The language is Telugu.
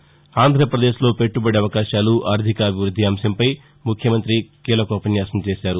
ఆంధ్రపదేశ్లో పెట్టబడి అవకాశాలు ఆర్టికాభివృద్ది అంశంపై ముఖ్యమంత్రి కీలకోపన్యాసం చేశారు